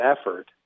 effort